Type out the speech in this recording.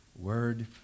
word